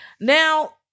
now